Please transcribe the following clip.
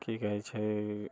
की कहै छै